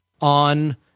on